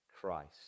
Christ